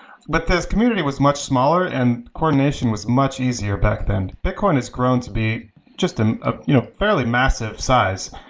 but this community was much smaller and coordination was much easier back then. bitcion has grown to be just a ah you know fairly massive size.